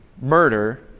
murder